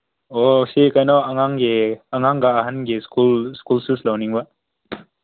ꯑꯣ ꯁꯤ ꯀꯩꯅꯣ ꯑꯉꯥꯡꯒꯤ ꯑꯉꯥꯡꯒ ꯑꯍꯟꯒꯤ ꯁ꯭ꯀꯨꯜ ꯁꯨꯁ ꯂꯧꯅꯤꯡꯕ